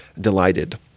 delighted